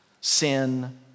sin